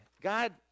God